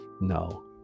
no